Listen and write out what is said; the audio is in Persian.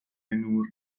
نور